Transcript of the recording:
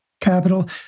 Capital